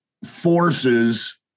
forces